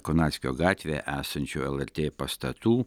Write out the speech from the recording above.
konarskio gatvėje esančių lrt pastatų